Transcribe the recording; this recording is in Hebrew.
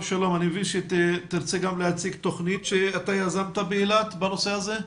אני מבין שתרצה גם להציג תוכנית שאתה יזמת באילת בנושא הזה.